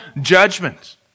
judgment